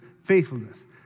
faithfulness